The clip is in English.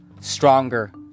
stronger